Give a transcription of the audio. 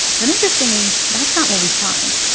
but interestingly, that's not what we find.